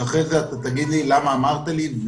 שאחרי זה תגיד לי: למה אמרת לי?